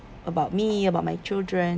about me about my children